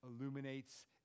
illuminates